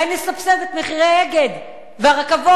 אולי נסבסד את מחירי הנסיעות ב"אגד" וברכבות.